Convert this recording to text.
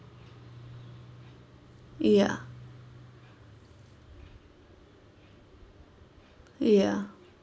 ya ya